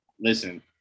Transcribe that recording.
listen